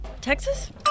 Texas